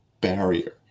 barrier